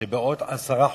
שבעוד עשרה חודשים,